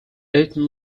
eton